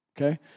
Okay